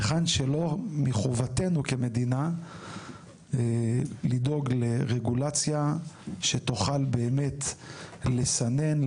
היכן שלא מחובתנו כמדינה לדאוג לרגולציה שתוכל באמת לסנן,